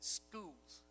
schools